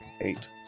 Eight